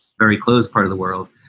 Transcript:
very close part of the world.